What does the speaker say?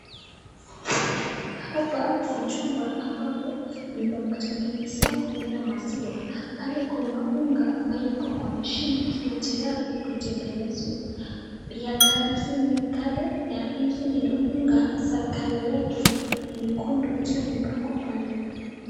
Hapa ni chumba ambapo ni pa kutengenezea huenda maziwa. Pale kuna unga ambayo iko kwa mashini ikiwa tayari kutengenezwa. Izi ni unga za color yake nyekundu ikiwa imepangwa pale.